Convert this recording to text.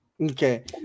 Okay